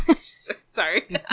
Sorry